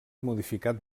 modificat